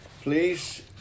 Please